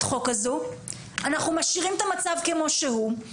החוק הזו ומשאירים את המצב כמו שהוא.